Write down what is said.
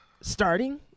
starting